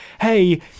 hey